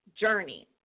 journey